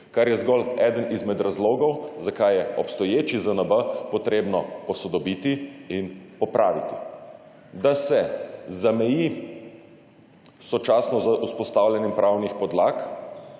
kar je zgolj eden izmed razlogov, zakaj je obstoječi ZNB potrebno posodobiti in popraviti. Da se zameji sočasno z vzpostavljanjem pravnih podlag,